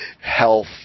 health